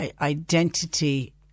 identity